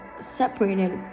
separated